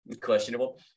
questionable